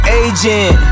agent